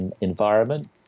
environment